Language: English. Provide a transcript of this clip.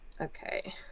Okay